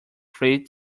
free